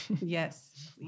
Yes